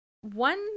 one